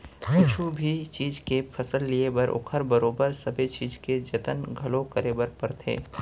कुछु भी चीज के फसल लिये बर ओकर बरोबर सबे चीज के जतन घलौ करे बर परथे